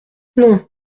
non